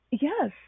Yes